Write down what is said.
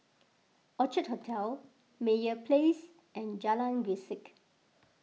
Orchard Hotel Meyer Place and Jalan Grisek